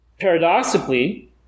Paradoxically